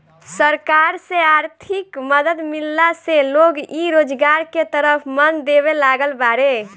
सरकार से आर्थिक मदद मिलला से लोग इ रोजगार के तरफ मन देबे लागल बाड़ें